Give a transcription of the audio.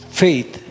faith